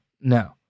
no